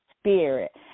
spirit